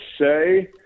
say